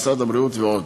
משרד הבריאות ועוד.